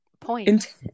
points